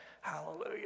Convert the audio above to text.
hallelujah